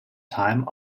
time